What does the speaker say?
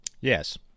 Yes